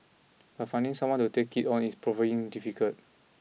but finding someone to take it on is proving difficult